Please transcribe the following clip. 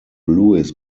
lewis